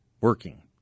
working